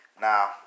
Now